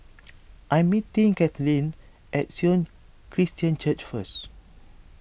I'm meeting Caitlynn at Sion Christian Church first